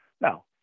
Now